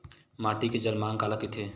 माटी के जलमांग काला कइथे?